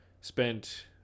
spent